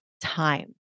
time